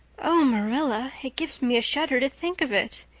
oh, marilla, it gives me a shudder to think of it.